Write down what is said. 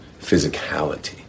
physicality